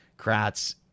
Kratz